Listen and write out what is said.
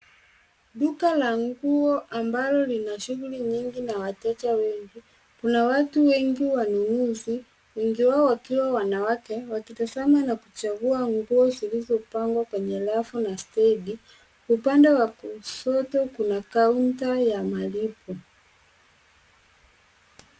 Duka la nguo ambalo lina shughuli nyingi na wateja wengi. Kuna watu wengi wanunuzi wengi wao wakiwa wanawake wakitazama na kuchagua nguo zilizopangwa kwenye rafu na stendi. Upande wa kushoto kuna kaunta ya malipo.